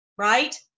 right